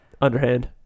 underhand